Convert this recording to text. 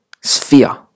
sphere